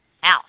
House